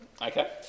Okay